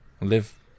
Live